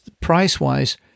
price-wise